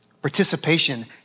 participation